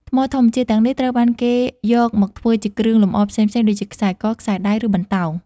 ថ្មធម្មជាតិទាំងនេះត្រូវបានគេយកមកធ្វើជាគ្រឿងលម្អផ្សេងៗ ដូចជា ខ្សែក ខ្សែដៃ ឬបន្តោង។